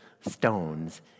stones